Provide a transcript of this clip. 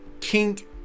kink